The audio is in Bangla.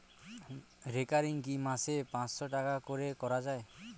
রেকারিং কি মাসে পাঁচশ টাকা করে করা যায়?